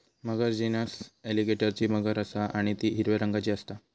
मगर genus एलीगेटरची मगर असा आणि ती हिरव्या रंगाची असता